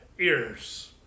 ears